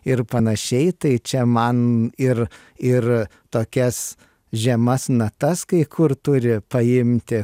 ir panašiai tai čia man ir ir tokias žemas natas kai kur turi paimti